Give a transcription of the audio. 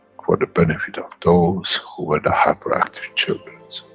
for the benefit of those who were the hyperactive children's.